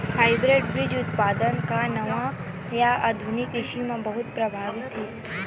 hybrid बीज उत्पादन हा नवा या आधुनिक कृषि मा बहुत प्रभावी हे